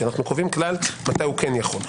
כי אנו קובעים כלל מתי הוא כן יכול.